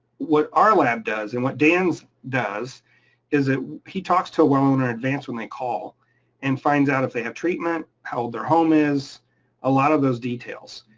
what our lab does and what dan's does is ah he talks to a well owner in advance when they call and find out if they have treatment, how old their home, is a lot of those details.